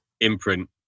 imprint